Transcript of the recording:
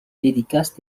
dédicace